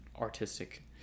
artistic